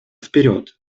вперед